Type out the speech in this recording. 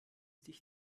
dich